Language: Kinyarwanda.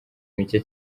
mike